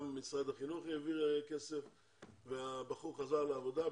גם משרד החינוך העביר כסף והבחור חזר לעבודה.